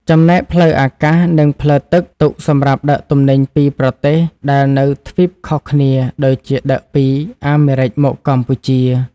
ចំណែកផ្លូវអាកាស និងផ្លូវទឹក ទុក សម្រាប់ដឹកទំនិញពីប្រទេសដែលនៅទ្វីបខុសគ្នាដូចជាដឹកពីអាមេរិកមកកម្ពុជា។